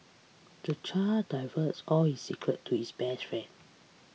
the child divulged all his secrets to his best friend